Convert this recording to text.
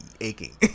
aching